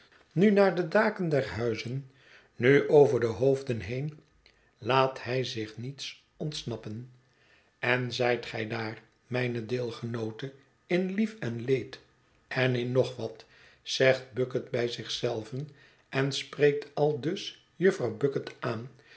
nu naar de daken der huizen nu over de hoofden heen laat hij zich niets ontsnappen en zijt gij daar mijne deelgenoote in lief en leed en in nog wat zegt bucket bij zich zelven en spreekt aldus jufvrouw bucket aan